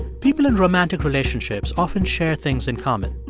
people in romantic relationships often share things in common,